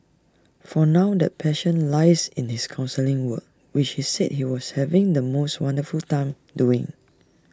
for now that passion lies in his counselling work which he said he was having the most wonderful time doing